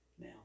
Now